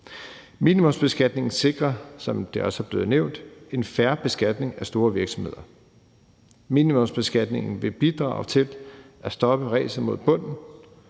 også er blevet nævnt, en fair beskatning af store virksomheder. Minimumsbeskatningen vil bidrage til at stoppe ræset mod bunden